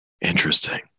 Interesting